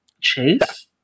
chase